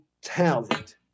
talent